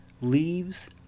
leaves